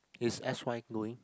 is s_y glowing